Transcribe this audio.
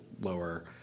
lower